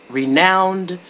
renowned